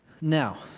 Now